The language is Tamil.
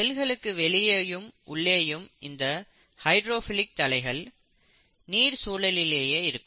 செல்களுக்கு வெளியேவும் உள்ளேயும் இந்த ஹைடிரோஃபிலிக் தலைகள் நீர் சூழலிலேயே இருக்கும்